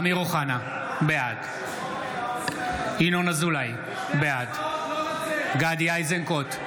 אמיר אוחנה, בעד ינון אזולאי, בעד גדי איזנקוט,